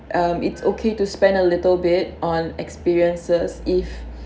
um it's okay to spend a little bit on experiences if